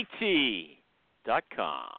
IT.com